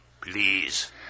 Please